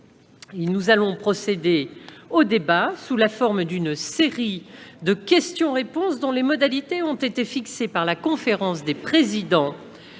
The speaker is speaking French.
Nous allons procéder au débat sous la forme d'une série de questions-réponses, dont les modalités ont été fixées par la conférence des présidents.